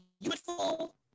beautiful